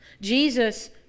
Jesus